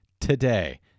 today